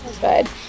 good